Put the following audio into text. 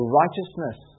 righteousness